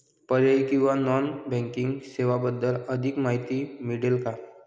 पर्यायी किंवा non banking सेवांबद्दल अधिक माहिती मिळेल का?